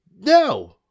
No